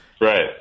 Right